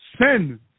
Sin